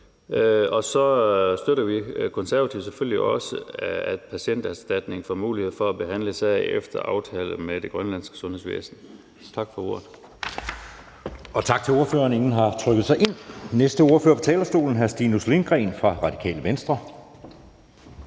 under fødderne. Vi konservative støtter selvfølgelig også, at Patienterstatningen får mulighed for at behandle sager efter aftale med det grønlandske sundhedsvæsen. Tak for ordet. Kl. 17:32 Anden næstformand (Jeppe Søe): Tak til ordføreren. Ingen har trykket sig ind. Næste ordfører på talerstolen er hr. Stinus Lindgreen fra Radikale Venstre.